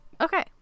Okay